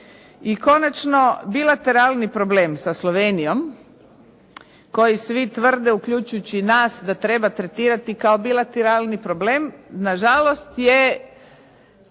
I konačno bilateralni problem sa Slovenijom koji svi tvrde uključujući i nas da treba tretirati kao bilateralni problem, na žalost je